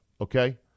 okay